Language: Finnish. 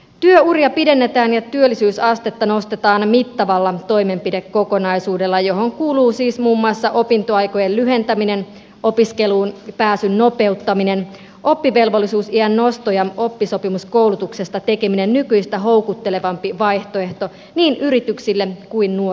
työuria pidennetään ja työllisyysastetta nostetaan mittavalla toimenpidekokonaisuudella johon kuuluvat siis muun muassa opintoaikojen lyhentäminen opiskeluun pääsyn nopeuttaminen oppivelvollisuusiän nosto ja oppisopimuskoulutuksen tekeminen nykyistä houkuttelevammaksi vaihtoehdoksi niin yrityksille kuin nuorillekin